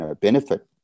benefit